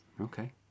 Okay